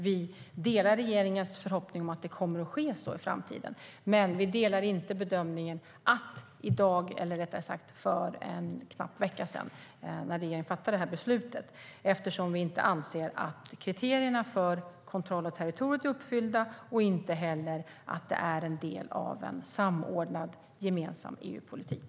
Vi delar regeringens förhoppning om att så kommer att ske i framtiden. Men vi delar inte bedömningen som regeringen gjorde för en knapp vecka sedan när den fattade beslutet eftersom vi inte anser att kriterierna för kontroll av territoriet är uppfyllda. Vi anser inte heller att detta är en del av en samordnad gemensam EU-politik.